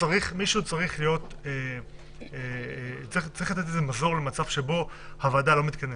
צריך לתת מזור למצב שבו הוועדה לא מתכנסת.